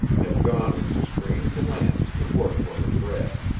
had gone into strange lands to work for her bread.